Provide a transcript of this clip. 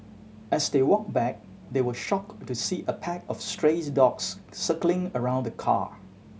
as they walked back they were shocked to see a pack of stray dogs circling around the car